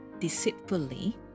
Deceitfully